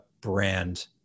brand